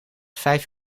vijf